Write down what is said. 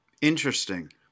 Interesting